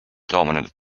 dominant